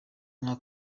nka